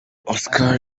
oscar